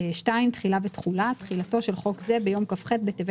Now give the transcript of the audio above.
תחילה ותחולה 2. תחילתו של חוק זה ביום כ״ח בטבת